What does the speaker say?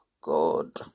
good